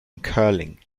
curling